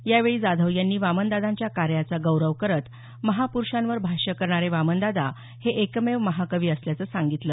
यावेळी जाधव यांनी वामनदादांच्या कार्याचा गौरव करत महाप्रूषांवर भाष्य करणारे वामनदादा हे एकमेव महाकवी असल्याचं सांगितलं